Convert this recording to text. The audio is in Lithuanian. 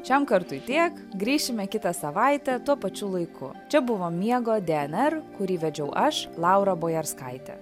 šiam kartui tiek grįšime kitą savaitę tuo pačiu laiku čia buvo miego dnr kurį vedžiau aš laura bojarskaitė